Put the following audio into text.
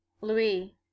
louis